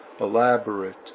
elaborate